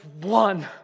one